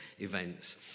events